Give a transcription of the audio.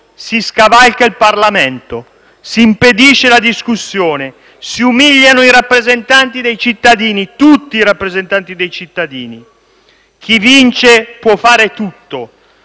si scavalca il Parlamento, si impedisce la discussione, si umiliano i rappresentanti dei cittadini, tutti i rappresentanti dei cittadini. Chi vince può fare tutto,